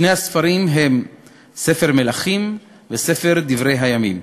שני הספרים הם ספר מלכים וספר דברי הימים.